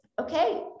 okay